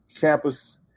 campus